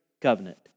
covenant